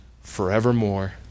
forevermore